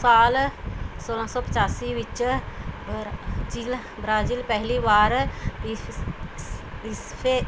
ਸਾਲ ਸੋਲਾਂ ਸੋ ਪਚਾਸੀ ਵਿਚ ਬ੍ਰਾਜ਼ੀਲ ਬ੍ਰਾਜ਼ੀਲ ਪਹਿਲੀ ਵਾਰ ਰਸੀਫੇ ਰਸੀਫੇ